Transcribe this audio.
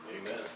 Amen